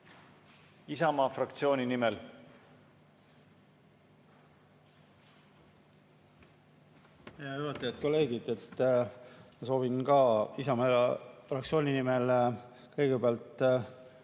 Isamaa fraktsiooni nimel!